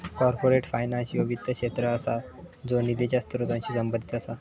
corporate finance ह्यो वित्त क्षेत्र असा ज्यो निधीच्या स्त्रोतांशी संबंधित असा